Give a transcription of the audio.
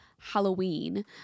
Halloween